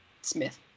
Smith